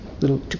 little